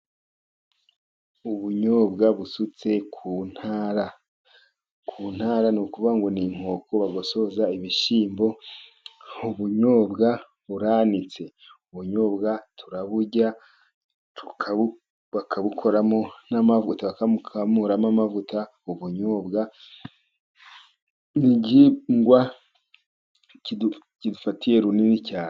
Ubunyobwa busutse ku ntara, ku ntara ni ukuvuga ngo ni inkoko bagosoza ibishyimbo, ubunyobwa buranitse, ubunyobwa turaburya, bakabukoramo n'amavuta, bakamuramo amavuta, ubunyobwa ni igihingwa gidufatiye runini cyane.